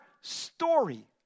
story